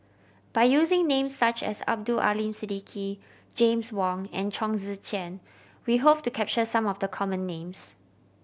by using names such as Abdul Aleem Siddique James Wong and Chong Tze Chien we hope to capture some of the common names